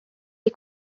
est